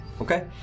Okay